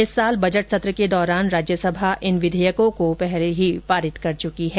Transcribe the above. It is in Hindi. इस वर्ष बजट सत्र के दौरान राज्यसभा इन विधेयकों को पारित कर चुकी है